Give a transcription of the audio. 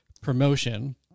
promotion